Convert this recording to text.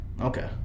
Okay